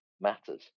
matters